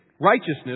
righteousness